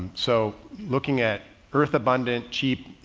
so looking at earth, abundant, cheap,